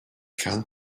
can